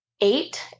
Eight